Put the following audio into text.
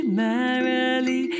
merrily